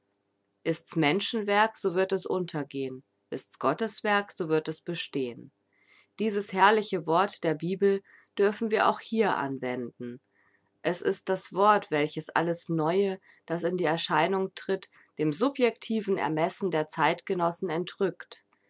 ist's menschenwerk so wird es untergehen ist's gotteswerk so wird es bestehen dieses herrliche wort der bibel dürfen wir auch hier anwenden es ist das wort welches alles neue das in die erscheinung tritt dem subjectiven ermessen der zeitgenossen entrückt